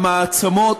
המעצמות,